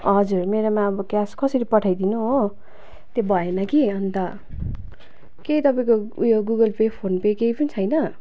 हजुर मेरोमा अब क्यास कसरी पठाइदिनु हो त्यो भएन कि अन्त के तपाईँको उयो गुगल पे फोन पे केही पनि छैन